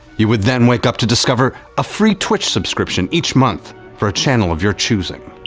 you would then wake up to discover a free twitch subscription each month for a channel of your choosing.